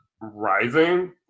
rising